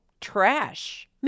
trash